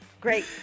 Great